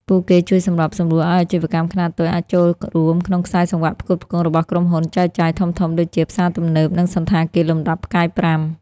ពួកគេជួយសម្របសម្រួលឱ្យអាជីវកម្មខ្នាតតូចអាចចូលរួមក្នុងខ្សែសង្វាក់ផ្គត់ផ្គង់របស់ក្រុមហ៊ុនចែកចាយធំៗ ដូចជាផ្សារទំនើប និងសណ្ឋាគារលំដាប់ផ្កាយប្រាំ។